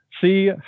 see